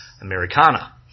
Americana